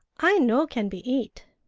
i no can be eat!